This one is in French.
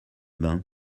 bains